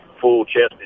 full-chested